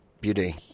beauty